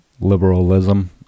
liberalism